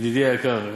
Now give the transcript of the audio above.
ידידי היקר.